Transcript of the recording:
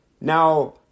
Now